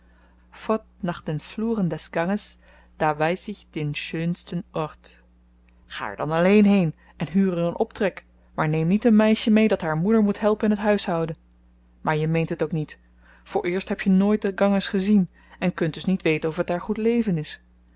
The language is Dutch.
den fluren des ganges da weiss ich den schönsten ort ga er dan alleen heen en huur er een optrek maar neem niet een meisje mee dat haar moeder moet helpen in t huishouden maar je meent het ook niet vooreerst heb je nooit den ganges gezien en kunt dus niet weten of t daar goed leven is